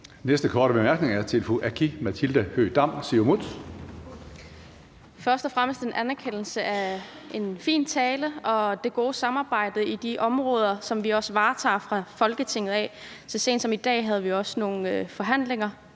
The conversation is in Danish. Siumut. Kl. 22:47 Aki-Matilda Høegh-Dam (SIU): Først og fremmest vil jeg give en anerkendelse af en fin tale og af det gode samarbejde på de områder, som vi også varetager fra Folketingets side. Så sent som i dag havde vi også nogle forhandlinger